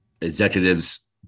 executives